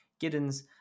giddens